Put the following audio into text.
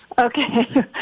Okay